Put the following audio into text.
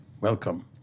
Welcome